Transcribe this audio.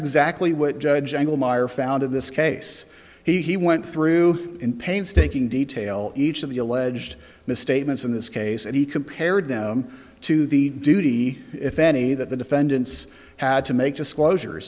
exactly what judge angle meyer found in this case he went through in painstaking detail each of the alleged misstatements in this case and he compared them to the duty if any that the defendants had to make disclosure